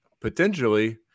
potentially